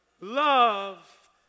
love